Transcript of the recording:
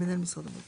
למנהל משרד הבריאות.